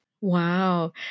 Wow